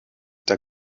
der